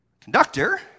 Conductor